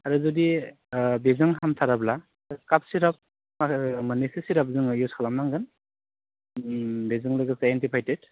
आरो जुदि बेजों हामथाराब्ला काफ सिराफ आरो मोन्नैसो सिराप जोङो इउस खालामनांगोन ओम बेजों लोगोसे एन्टिबायटिक